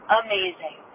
amazing